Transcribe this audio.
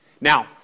Now